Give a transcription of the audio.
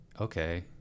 okay—